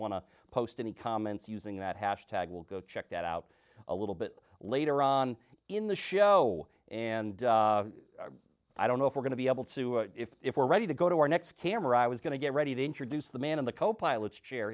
want to post any comments using that hash tag will go check that out a little bit later on in the show and i don't know if we're going to be able to if we're ready to go to our next camera i was going to get ready to introduce the man in the co pilot's chair